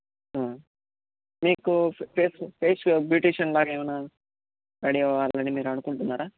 మీకు face face beautician లాగా ఏమైనా ఐడియా ఆల్రెడీ మీరు అనుకుంటున్నారా